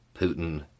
Putin